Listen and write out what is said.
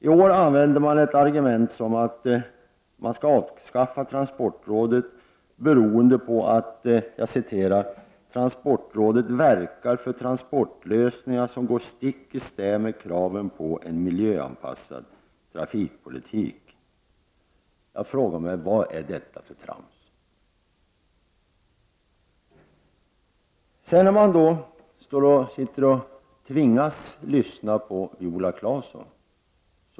I år används som argument för att transportrådet skall avskaffas att rådet ”verkar för transportlösningar som går stick i stäv med kraven på en miljöanpassad trafikpolitik”. Jag frågar mig: Vad är detta för trams? Sedan tvingades jag då att lyssna till Viola Claesson.